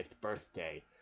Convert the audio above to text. birthday